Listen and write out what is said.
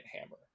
hammer